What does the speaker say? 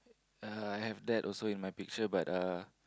uh I have that also in my picture but uh